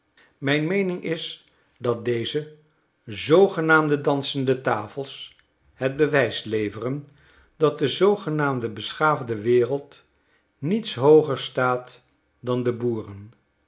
mijn meening is dat deze zoogenaamde dansende tafels het bewijs leveren dat de zoogenaamde beschaafde wereld niets hooger staat dan de boeren